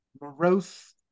morose